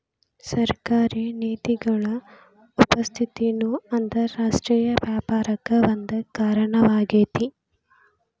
ಸರ್ಕಾರಿ ನೇತಿಗಳ ಉಪಸ್ಥಿತಿನೂ ಅಂತರರಾಷ್ಟ್ರೇಯ ವ್ಯಾಪಾರಕ್ಕ ಒಂದ ಕಾರಣವಾಗೇತಿ